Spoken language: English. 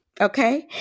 okay